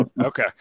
Okay